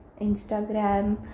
Instagram